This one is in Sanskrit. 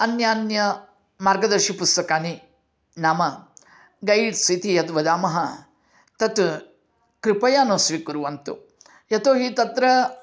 अन्यान्य मार्गदर्शी पुस्तकानि नाम गैड्स् इति यद्वदामः तत् कृपया न स्वीकुर्वन्तु यतोहि तत्र